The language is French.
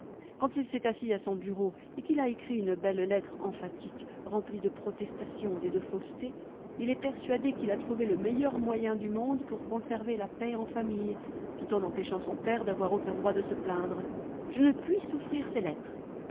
quand il s'est assis à son bureau et qu'il a écrit une belle lettre emphatique remplie de protestations et de faussetés il est persuadé qu'il a trouvé le meilleur moyen du monde pour conserver la paix en famille tout en empêchant son père d'avoir aucun droit de se plaindre je ne puis souffrir ses lettres